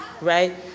right